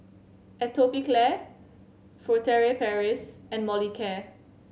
Atopiclair Furtere Paris and Molicare